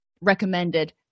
recommended